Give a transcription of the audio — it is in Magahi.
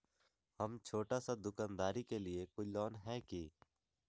हम छोटा सा दुकानदारी के लिए कोई लोन है कि?